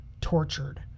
tortured